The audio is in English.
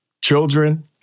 children